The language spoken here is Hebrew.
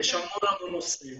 יש המון המון נושאים